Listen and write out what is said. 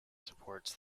supports